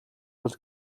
тул